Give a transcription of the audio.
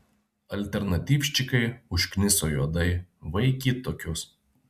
alternatyvščikai užkniso juodai vaikyt tokius